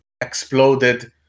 exploded